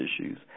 issues